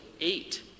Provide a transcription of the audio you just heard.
eight